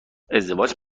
ازدواج